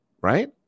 right